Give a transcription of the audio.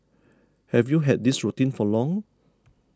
have you had this routine for long